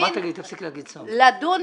תפסיקי להגיד צו.